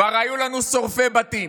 כבר היו לנו שורפי בתים,